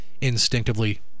instinctively